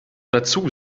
dazu